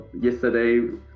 yesterday